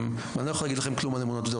אני לא יכול להגיד לכם כלום על אמונות ודעות.